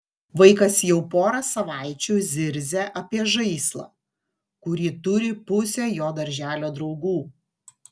vaikas jau porą savaičių zirzia apie žaislą kurį turi pusė jo darželio draugų